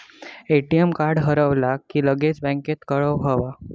ATM card हरवला तर लगेच बँकेत कळवुक हव्या